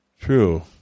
true